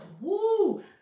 Woo